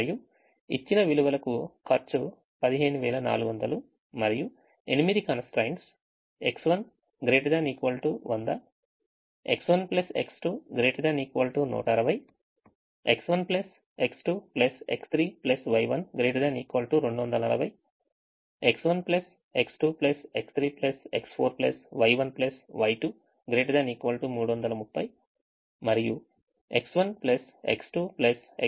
మరియు ఇచ్చిన విలువలకు ఖర్చు 15400 మరియు ఎనిమిది constraints X1 ≥ 100 X1 X2 ≥ 160 X1 X2 X3 Y1 ≥ 240 X1 X2 X3 X4 Y1 Y2 ≥ 330 మరియు X1 X2 X3 X4 X5 Y1 Y2 Y3 ≥ 400